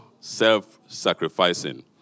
self-sacrificing